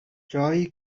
جایی